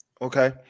Okay